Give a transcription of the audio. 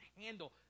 handle